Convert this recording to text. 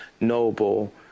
noble